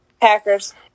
Packers